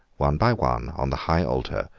one by one, on the high altar,